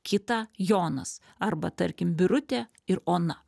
kitą jonas arba tarkim birutė ir ona